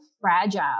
fragile